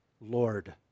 lord